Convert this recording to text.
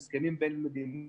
הם הסכמים בין מדינות.